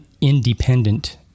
independent